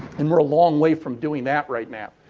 and we're a long way from doing that right now.